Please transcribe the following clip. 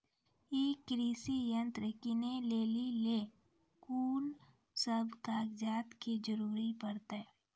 ई कृषि यंत्र किनै लेली लेल कून सब कागजात के जरूरी परतै?